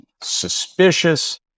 suspicious